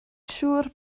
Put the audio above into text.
siŵr